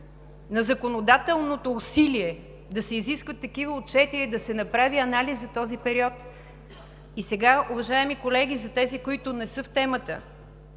на законодателното усилие да се изискват такива отчети е да се направи анализ за този период. А сега, уважаеми колеги, за тези, които не са в темата